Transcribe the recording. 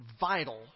vital